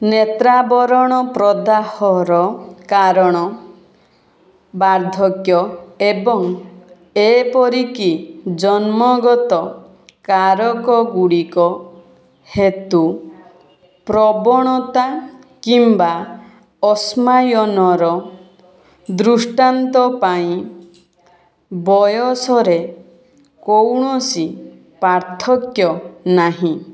ନେତ୍ରାବରଣ ପ୍ରଦାହର କାରଣ ବାର୍ଦ୍ଧକ୍ୟ ଏବଂ ଏପରିକି ଜନ୍ମଗତ କାରକ ଗୁଡ଼ିକ ହେତୁ ପ୍ରବଣତା କିମ୍ବା ଅସ୍ମାୟନର ଦୃଷ୍ଟାନ୍ତ ପାଇଁ ବୟସରେ କୌଣସି ପାର୍ଥକ୍ୟ ନାହିଁ